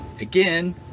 again